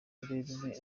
rurerure